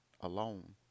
alone